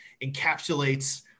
encapsulates